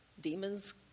demons